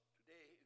today